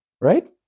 right